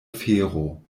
fero